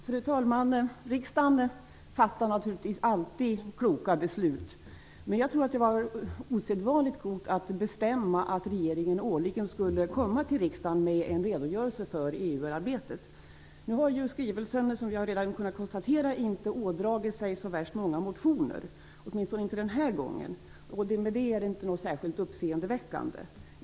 Fru talman! Riksdagen fattar naturligtvis alltid kloka beslut. Men jag tror att det var osedvanligt klokt att bestämma att regeringen årligen skulle komma till riksdagen med en redogörelse för EU-arbetet. Som vi redan har kunnat konstatera har skrivelsen inte ådragit sig så värst många motioner - åtminstone inte denna gång. Det är inte något särskilt uppseendeväckande.